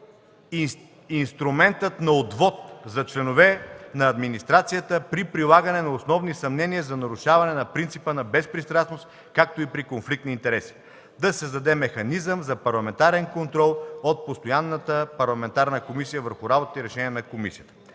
да се въведе инструментът на „отвод“ за членове на администрацията при прилагане на основни съмнения за нарушаване на принципа на безпристрастност, както и при конфликт на интереси; - да се създаде механизъм за парламентарен контрол от постоянна парламентарна комисия върху работата и решенията на Комисията.